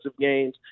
games